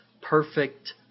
perfect